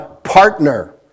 partner